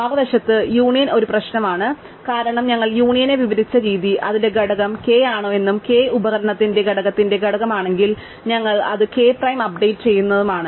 മറുവശത്ത് യൂണിയൻ ഒരു പ്രശ്നമാണ് കാരണം ഞങ്ങൾ യൂണിയനെ വിവരിച്ച രീതി അതിന്റെ ഘടകം k ആണോ എന്നും k ഉപകരണത്തിന്റെ ഘടകത്തിന്റെ ഘടകമാണെങ്കിൽ ഞങ്ങൾ അത് k പ്രൈം അപ്ഡേറ്റ് ചെയ്യേണ്ടതുമാണ്